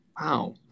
Wow